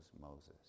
Moses